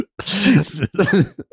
Jesus